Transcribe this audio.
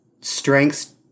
strengths